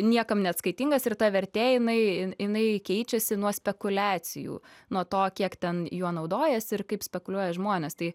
niekam neatskaitingas ir ta vertė jinai jinai keičiasi nuo spekuliacijų nuo to kiek ten juo naudojasi ir kaip spekuliuoja žmonės tai